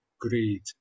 greed